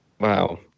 Wow